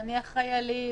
נניח חיילים,